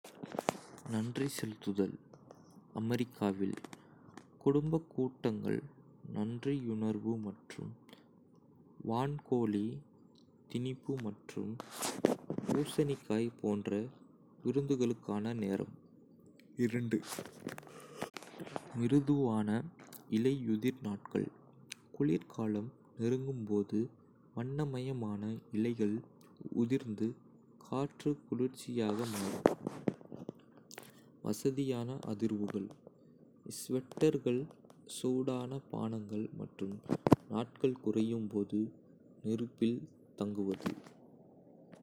நன்றி செலுத்துதல் அமெரிக்காவில் குடும்பக் கூட்டங்கள், நன்றியுணர்வு மற்றும் வான்கோழி, திணிப்பு மற்றும் பூசணிக்காய் போன்ற விருந்துகளுக்கான நேரம். மிருதுவான இலையுதிர் நாட்கள் - குளிர்காலம் நெருங்கும்போது, வண்ணமயமான இலைகள் உதிர்ந்து காற்று குளிர்ச்சியாக மாறும். வசதியான அதிர்வுகள்S ஸ்வெட்டர்கள், சூடான பானங்கள் மற்றும் நாட்கள் குறையும்போது நெருப்பில் தங்குவது.